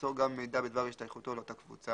ימסור גם מידע בדבר השתייכותו לאותה קבוצה,